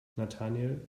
nathanael